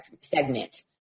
segment